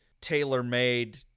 tailor-made